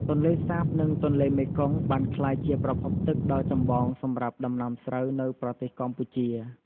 ទន្លេសាប និងទន្លេមេគង្គបានក្លាយជាប្រភពទឹកដ៏ចម្បងសម្រាប់ដំណាំស្រូវនៅប្រទេសកម្ពុជា។